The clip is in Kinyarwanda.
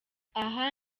aha